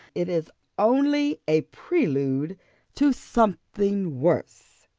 it is only a prelude to something worse.